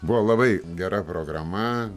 buvo labai gera programa